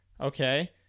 Okay